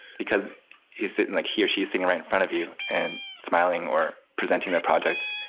because he's sitting like here, she's sitting right in front of you and smiling or presenting their project.